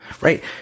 right